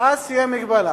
אז תהיה מגבלה.